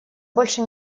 больше